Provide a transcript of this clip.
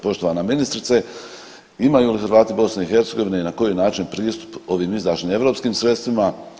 Poštovana ministrice, imaju li Hrvati BiH na koji način pristup ovim izdašnim europskim sredstvima?